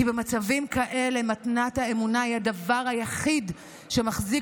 כי במצבים כאלה מתנת האמונה היא הדבר היחיד שמחזיק